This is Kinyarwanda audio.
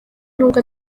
nubwo